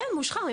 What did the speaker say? כן, מושחר.